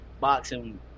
boxing